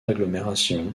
agglomérations